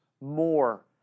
more